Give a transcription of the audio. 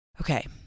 okay